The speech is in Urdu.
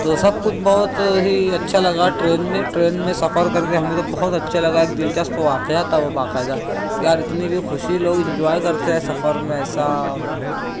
تو سب کچھ بہت ہی اچھا لگا ٹرین میں ٹرین میں سفر کر کے ہمیں تو بہت اچھا لگا ایک دلچسپ واقعہ تھا وہ باقاعدہ کہ یار اتنی بھی خوشی لوگ انجوائے کرتے ہیں سفر میں ایسا بولنا چاہیے